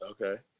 Okay